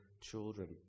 children